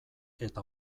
eta